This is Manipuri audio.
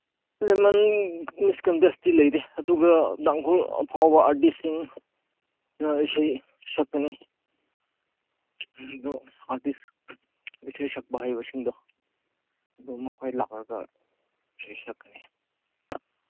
ꯂꯦꯃꯟ ꯃꯤꯁ ꯀꯟꯇꯦꯁꯇꯤ ꯂꯩꯇꯦ ꯑꯗꯨꯒ ꯇꯥꯡꯈꯨꯜ ꯑꯐꯥꯎꯕ ꯑꯥꯔꯇꯤꯁꯁꯤꯡꯅ ꯏꯁꯩ ꯁꯛꯀꯅꯤ ꯑꯗꯨ ꯑꯥꯔꯇꯤꯁ ꯏꯁꯩ ꯁꯛꯄ ꯍꯩꯕꯁꯤꯡꯗꯣ ꯑꯗꯨ ꯃꯈꯣꯏ ꯂꯥꯛꯂꯒ ꯏꯁꯩ ꯁꯛꯀꯅꯤ